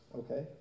okay